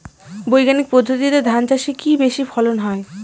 বৈজ্ঞানিক পদ্ধতিতে ধান চাষে কি বেশী ফলন হয়?